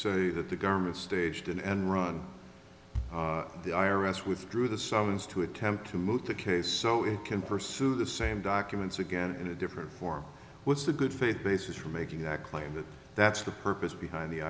say that the government staged and run the i r s withdrew the summons to attempt to move the case so it can pursue the same documents again in a different form with the good faith basis for making that claim that that's the purpose behind the